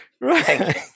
Right